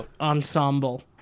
Ensemble